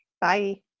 Bye